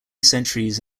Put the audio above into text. centuries